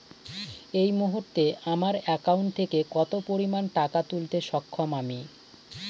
এই মুহূর্তে আমার একাউন্ট থেকে কত পরিমান টাকা তুলতে সক্ষম আমি?